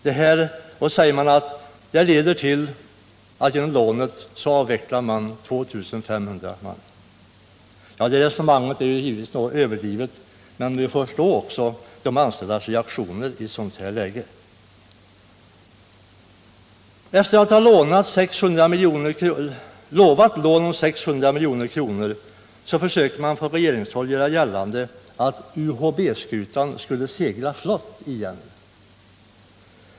Det hela leder till, säger man, att 2 500 anställda avvecklas. — Detta resonemang är givetvis överdrivet, men man kan förstå de anställdas reaktion i ett sådant här läge. Efter att ha lovat lån om 600 milj.kr. försöker man från regeringshåll göra gällande att UHB-skutan skulle segla flott igen.